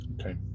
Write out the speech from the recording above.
Okay